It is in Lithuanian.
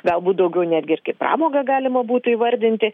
galbūt daugiau netgi ir kaip pramogą galima būtų įvardinti